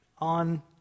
on